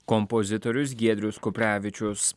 kompozitorius giedrius kuprevičius